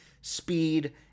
speed